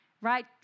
Right